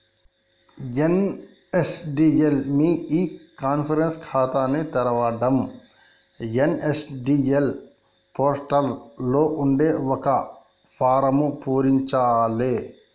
NSDL మీ e insurance ఖాతాని తెరవడం ఎన్.ఎస్.డి.ఎల్ పోర్టల్ లో ఉండే ఒక ఫారమ్ను పూరించాలే